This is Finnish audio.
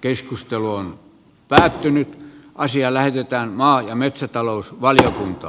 keskustelu on päättynyt ja asia lähetetään maa ja metsätalousvaliokunta